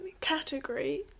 category